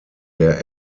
der